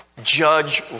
judge